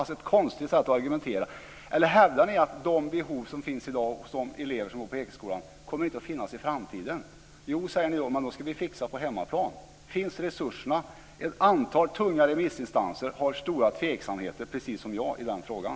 Det är ett konstigt sätt att argumentera. Eller hävdar ni att de behov som eleverna på Ekeskolan har i dag inte kommer att finnas i framtiden? Jo, säger ni då, men de får man fixa på hemmaplan. Finns det resurser? Ett stort antal remissinstanser har, precis som jag, stora tveksamheter i den frågan.